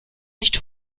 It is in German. nicht